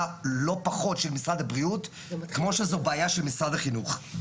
לא פחות של משרד הבריאות כמו שזו בעיה של משרד החינוך.